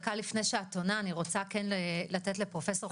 חבר הכנסת